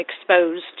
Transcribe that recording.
exposed